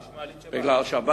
יש מעלית שבת.